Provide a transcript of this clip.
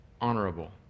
honorable